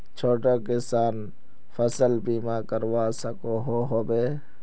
छोटो किसान फसल बीमा करवा सकोहो होबे?